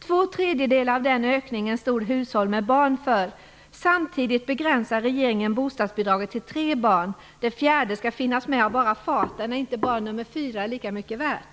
Två tredjedelar av den ökningen stod hushåll med barn för. Samtidigt begränsar regeringen bostadsbidraget till tre barn. Det fjärde skall finnas med av bara farten. Är inte barn nummer fyra lika mycket värt?